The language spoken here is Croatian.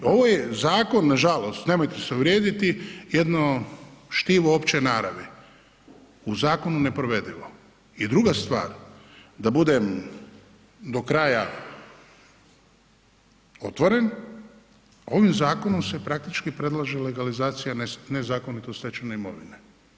Ovo je zakon, nažalost, nemojte se uvrijediti, jedno štivo opće naravi u zakonu neprovedivo i druga stvar, da budem do kraja otvoren, ovim zakonom se praktički predlaže legalizacija nezakonito stečene imovine.